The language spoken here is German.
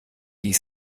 die